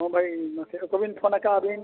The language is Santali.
ᱦᱮᱸ ᱵᱷᱟᱹᱭ ᱢᱟᱥᱮ ᱚᱠᱚᱭ ᱵᱤᱱ ᱯᱷᱳᱱ ᱠᱟᱜᱼᱟ ᱟᱹᱵᱤᱱ